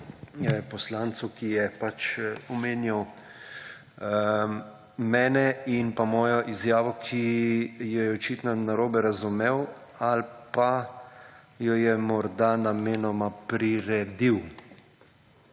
poslancu, ki je omenjal mene in pa mojo izjavo, ki jo je očitno narobe razumel ali pa jo je morda namenoma priredil.